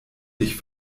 dich